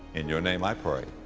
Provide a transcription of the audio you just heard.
in your name i pray,